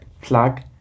plug